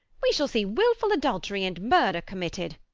we shall see wilful adultery and murther committed